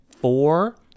four